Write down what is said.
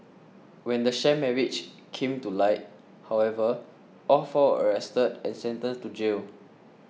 when the sham marriage came to light however all four were arrested and sentenced to jail